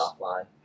offline